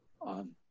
on